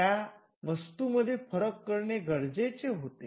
त्या वस्तूंमध्ये फरक करणे गरजेचे होते